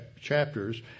chapters